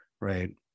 Right